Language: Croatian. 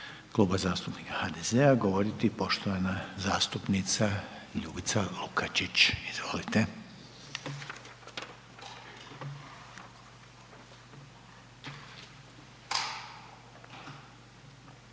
Kluba zastupnika GLAS-a govoriti poštovana zastupnica Anka Mrak Taritaš, izvolite.